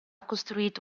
costruito